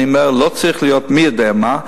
אני אומר: לא צריך להיות מי יודע מה,